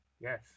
Yes